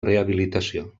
rehabilitació